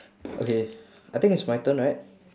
okay I think it's my turn right